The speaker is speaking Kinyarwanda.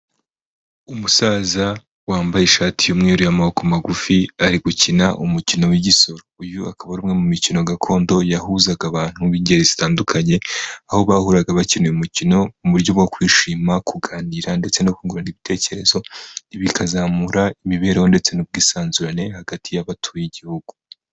Umusaza wambaye ishati y'umweru y'amaboko magufi, ari gukina umukino w'igisoro, uyu akaba ari umwe mu mikino gakondo yahuzaga abantu b'ingeri zitandukanye, aho bahuraga bakina uyu mukino, mu buryo bwo kwishima, kuganira, ndetse no kungurana ibitekerezo, ibi bikazamura imibereho, ndetse n'ubwisanzurane hagati y'abatuye igihugu.